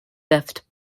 theft